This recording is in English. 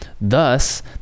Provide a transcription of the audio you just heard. Thus